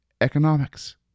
economics